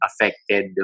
affected